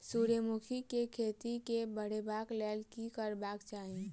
सूर्यमुखी केँ खेती केँ बढ़ेबाक लेल की करबाक चाहि?